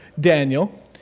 Daniel